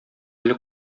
әле